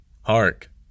Hark